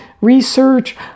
research